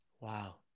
wow